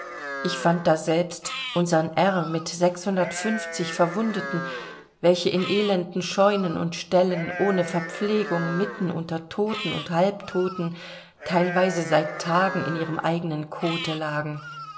ich fand daselbst unsern r mit verwundeten welche in elenden scheunen und ställen ohne verpflegung mitten unter toten und halbtoten teilweise seit tagen in ihrem eigenen kote lagen